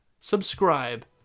subscribe